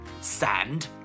sand